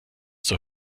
zur